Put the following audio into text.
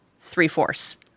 three-fourths